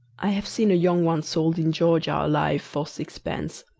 i have seen a young one sold in georgia alive for six pence.